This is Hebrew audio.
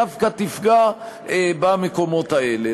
דווקא תפגע במקומות האלה.